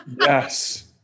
Yes